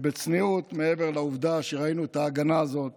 בצניעות, מעבר לעובדה שראינו את ההגנה הזאת